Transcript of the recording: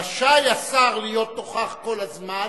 רשאי השר להיות נוכח כל הזמן,